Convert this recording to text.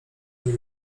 nie